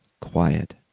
Quiet